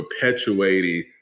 perpetuating